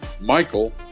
Michael